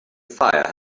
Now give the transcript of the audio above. fire